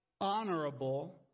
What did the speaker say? honorable